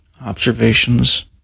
observations